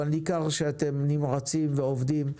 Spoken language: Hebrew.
אבל ניכר שאתם נמרצים ועובדים.